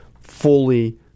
fully